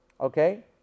Okay